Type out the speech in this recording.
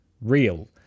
real